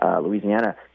Louisiana